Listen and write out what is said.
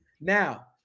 Now